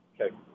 Okay